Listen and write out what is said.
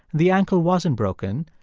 the ankle wasn't broken.